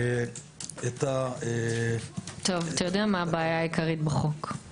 אתה יודע מה הבעיה העיקרית בחוק.